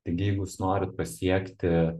taigi jeigu jūs norit pasiekti